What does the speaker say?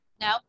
no